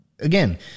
again